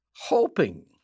Hoping